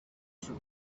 σου